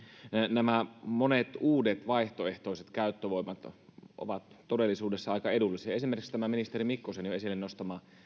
nämä monet uudet vaihtoehtoiset käyttövoimat ovat ovat todellisuudessa aika edullisia esimerkiksi tämä ministeri mikkosen jo esille nostama